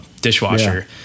dishwasher